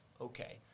okay